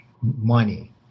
money